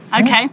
okay